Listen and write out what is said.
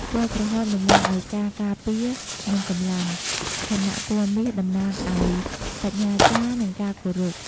ពណ៌ក្រហមតំណាងឲ្យការការពារ និងកម្លាំង ខណៈពណ៌មាសតំណាងឲ្យបញ្ញាចារ្យ និងការគោរព។